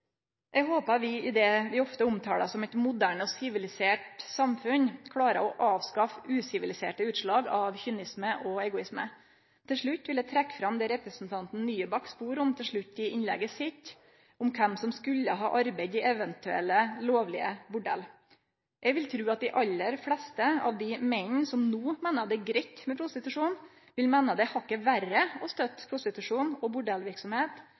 Eg håpar at vi i det vi ofte omtaler som eit moderne og sivilisert samfunn, klarer å avskaffe usiviliserte utslag av kynisme og egoisme. Til slutt vil eg trekkje fram det representanten Nybakk spurde om til slutt i innlegget sitt, om kven som skulle ha arbeidt i eventuelle lovlege bordell. Eg vil tru at dei aller fleste av dei mennene som no meiner at det er greitt med prostitusjon, vil meine det er hakket verre å støtte prostitusjon og